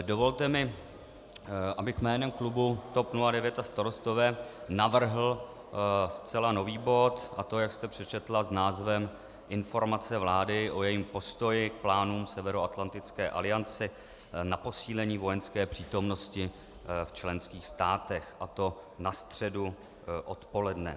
Dovolte mi, abych jménem klubu TOP 09 a Starostové navrhl zcela nový bod, a to, jak jste přečetla, s názvem Informace vlády o jejím postoji k plánům Severoatlantické aliance na posílení vojenské přítomnosti v členských státech, a to na středu odpoledne.